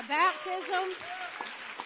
baptism